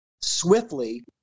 swiftly